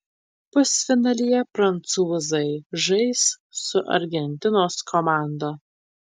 pusfinalyje prancūzai žais su argentinos komanda